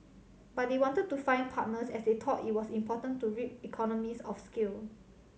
but they wanted to find partners as they thought it was important to reap economies of scale